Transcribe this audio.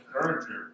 encourager